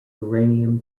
uranium